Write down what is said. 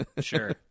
Sure